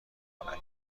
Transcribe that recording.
خنک